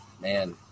man